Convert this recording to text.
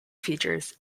features